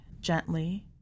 gently